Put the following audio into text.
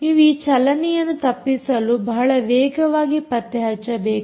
ನೀವು ಈ ಚಲನೆಯನ್ನು ತಪ್ಪಿಸಲು ಬಹಳ ವೇಗವಾಗಿ ಪತ್ತೆ ಹಚ್ಚಬೇಕು